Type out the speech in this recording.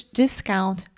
discount